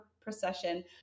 procession